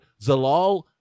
Zalal